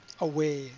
Away